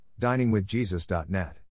diningwithjesus.net